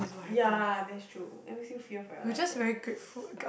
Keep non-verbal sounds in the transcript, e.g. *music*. ya that's true let me think fear for your life right *breath*